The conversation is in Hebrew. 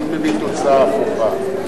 תמיד מביא לתוצאה הפוכה.